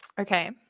Okay